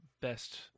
best